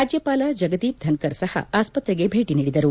ರಾಜ್ಯಪಾಲ ಜಗದೀಪ್ ಧನಕರ್ ಸಹ ಆಸ್ಪತ್ರೆಗೆ ಭೇಟಿ ನೀಡಿದರು